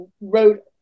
wrote